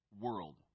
world